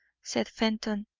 said fenton,